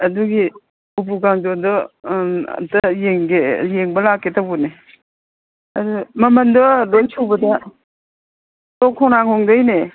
ꯑꯗꯨꯒꯤ ꯎꯄꯨ ꯀꯥꯡꯊꯣꯟꯗꯣ ꯑꯝꯇ ꯌꯦꯡꯕ ꯂꯥꯛꯀꯦ ꯇꯧꯕꯅꯦ ꯑꯗꯨ ꯃꯃꯜꯗꯣ ꯂꯣꯏ ꯁꯨꯕꯗ ꯇꯣꯞ ꯈꯣꯡ ꯃꯅꯥꯡꯈꯣꯡꯗꯩꯅꯦ